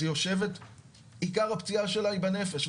אז היא יושבת ועיקר הפציעה שלה היא בנפש.